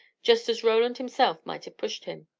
just as roland himself might have pushed him.